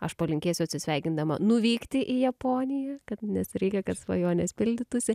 aš palinkėsiu atsisveikindama nuvykti į japoniją kad nes reikia kad svajonės pildytųsi